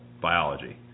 biology